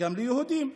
וגם ליהודים.